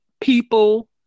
people